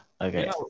Okay